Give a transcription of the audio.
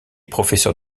professeur